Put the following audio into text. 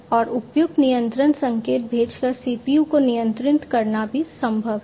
और उपयुक्त नियंत्रण संकेत भेजकर CPU को नियंत्रित करना भी संभव है